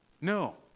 No